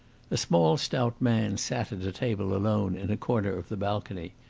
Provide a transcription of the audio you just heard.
a small, stout man sat at a table alone in a corner of the balcony.